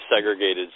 segregated